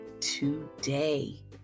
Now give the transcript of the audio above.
today